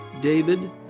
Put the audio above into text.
David